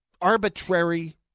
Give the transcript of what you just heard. arbitrary